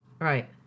Right